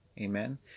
Amen